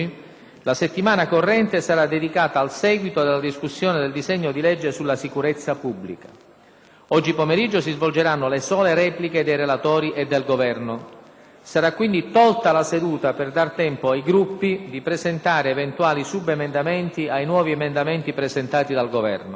la settimana corrente sarà dedicata al seguito della discussione del disegno di legge sulla sicurezza pubblica. Oggi pomeriggio si svolgeranno le sole repliche dei relatori e del Governo. Sarà quindi tolta la seduta per dare tempo ai Gruppi di presentare eventuali subemendamenti ai nuovi emendamenti presentati dal Governo.